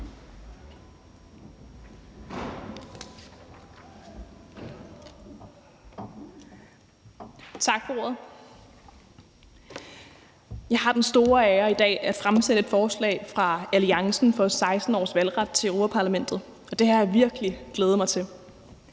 Tak for ordet. Jeg har den store ære i dag at fremsætte et forslag på vegne af Alliancen for 16 års valgret til EP-valg , og det har jeg virkelig glædet mig til.